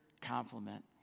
compliment